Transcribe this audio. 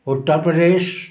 Uttar Pradesh